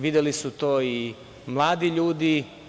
Videli su to i mladi ljudi.